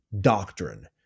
doctrine